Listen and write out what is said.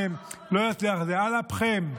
כמו החבורה שלכם,